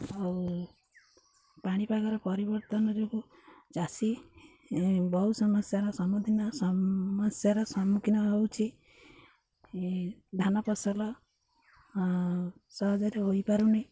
ଆଉ ପାଣିପାଗର ପରିବର୍ତ୍ତନ ଯୋଗୁଁ ଚାଷୀ ବହୁ ସମସ୍ୟାର ସମ୍ମୁଖୀନ ସମସ୍ୟାର ସମ୍ମୁଖୀନ ହେଉଛି ଧାନ ଫସଲ ସହଜରେ ହୋଇପାରୁନି